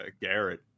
Garrett